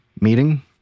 meeting